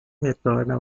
retornam